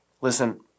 Listen